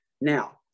now